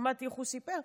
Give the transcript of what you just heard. שמעתי איך הוא סיפר.